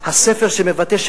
הספר מבטא,